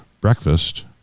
Breakfast